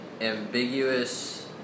ambiguous